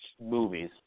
movies